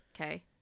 Okay